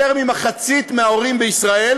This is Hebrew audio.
יותר ממחצית מההורים בישראל,